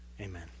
Amen